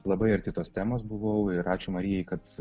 labai arti tos temos buvau ir ačiū marijai kad